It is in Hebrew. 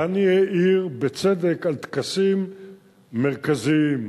דני העיר בצדק על טקסים מרכזיים,